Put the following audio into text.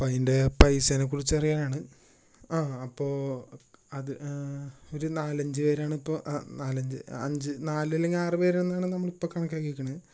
അപ്പൊ അതിൻ്റെ പൈസയെ കുറിച്ച് അറിയാനാണ് ആ അപ്പോൾ അത് ഒരു നാലഞ്ച് പേരാണ് ഇപ്പോൾ നാലഞ്ച് അഞ്ച് നാല് അല്ലെങ്കിൽ ആറ് പേരാണെന്നാണ് നമ്മൾ ഇപ്പൊ കണക്കാക്കിയത്